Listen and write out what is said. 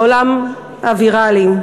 לעולם הוויראלי.